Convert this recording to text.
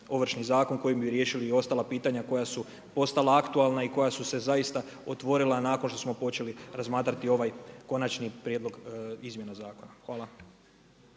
Ovršni zakon kojim bi riješili i ostala pitanja koja su postala aktualna i koja su se zaista otvorila nakon što smo počeli razmatrati ovaj konačni prijedlog izmjena zakona. Hvala.